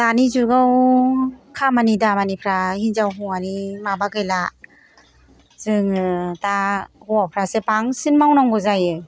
दानि जुगाव खामानि दामानिफ्रा हिनजाव हौवानि माबा गैला जोङो दा हौवाफ्रासो बांसिन मावनांगौ जायो